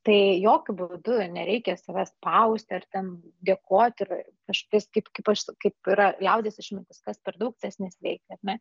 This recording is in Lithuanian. tai jokiu būdu nereikia savęs spausti ar ten dėkoti ir aš kaip aš kaip yra liaudies išmintis kas per daug tas nesveika ar ne